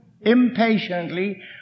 impatiently